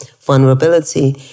vulnerability